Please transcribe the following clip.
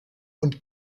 und